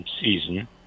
season